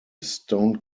stone